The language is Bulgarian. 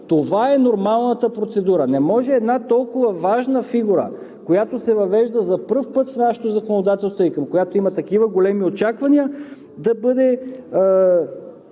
Това е нормалната процедура. Не може една толкова важна фигура, която се въвежда за пръв път в нашето законодателство и към която има такива големи очаквания, да бъде